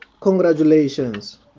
Congratulations